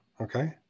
Okay